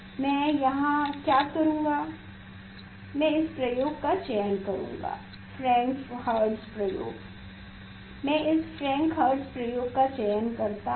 मैं यहाँ क्या करूँगा मैं इस प्रयोग का चयन करूँगा फ्रैंक हर्ट्ज़ प्रयोग मैं इस फ्रैंक हर्ट्ज़ प्रयोग का चयन करता हूँ